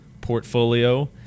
portfolio